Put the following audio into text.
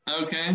Okay